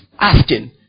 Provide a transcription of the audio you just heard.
asking